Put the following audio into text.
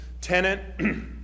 tenant